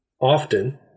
often